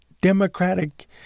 democratic